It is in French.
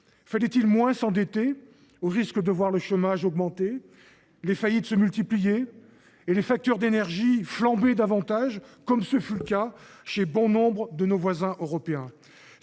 Fallait il moins s’endetter, au risque de voir le chômage augmenter, les faillites se multiplier et les factures d’énergie flamber davantage, comme ce fut le cas chez bon nombre de nos voisins européens ?